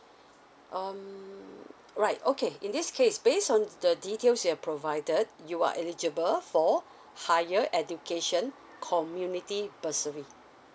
um right okay in this case based on the details you've provided you are eligible for higher education community bursary